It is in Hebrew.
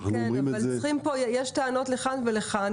כן, אבל יש טענות לכאן ולכאן.